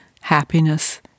happiness